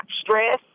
stress